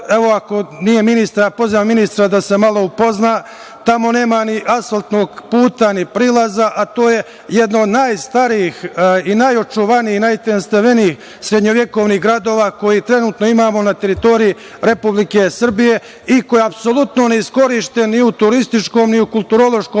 kod Novog Pazara. Pozivam ministra da se malo upozna sa tim. Tamo nema ni asfaltnog puta, ni prilaza, a to je jedno od najstarijih i najočuvanijih, najtajanstvenijih srednjovekovnih gradova koje trenutno imamo na teritoriji Republike Srbije i koji je apsolutno neiskorišten, i u turističkom i u kulturološkom